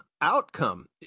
outcome